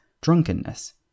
drunkenness